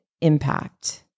impact